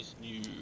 new